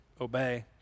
obey